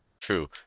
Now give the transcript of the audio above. true